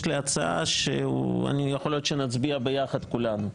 יש לי הצעה שיכול להיות שנצביע ביחד כולנו.